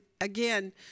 again